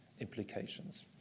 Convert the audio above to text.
implications